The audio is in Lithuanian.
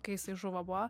kai jisai žuvo buvo